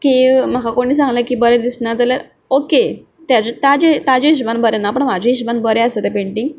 की म्हाका कोणी सांगलां की बरें दिसना जाल्यार ओके ताज्या हिशोबान बरें ना पूण म्हाज्या हिशोबान बरें आसा तें पेंटींग